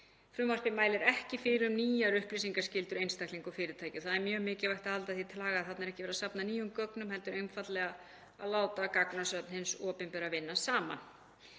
Frumvarpið mælir ekki fyrir um nýjar upplýsingaskyldur einstaklinga og fyrirtækja. Það er mjög mikilvægt að halda því til haga að þarna er ekki verið að safna nýjum gögnum heldur einfaldlega að láta gagnasöfn hins opinbera vinna saman.